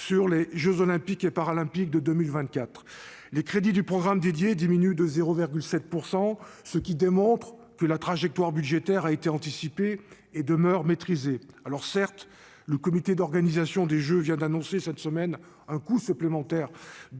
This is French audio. sur les jeux Olympiques et Paralympiques de 2024. Les crédits du programme dédié diminuent de 0,7 %, ce qui démontre que la trajectoire budgétaire a été anticipée et demeure maîtrisée. Certes, le comité d'organisation vient d'annoncer cette semaine un coût supplémentaire